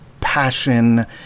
passion